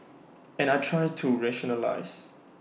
and I try to rationalise